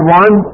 one